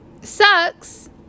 Sucks